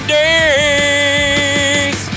days